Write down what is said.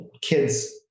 kids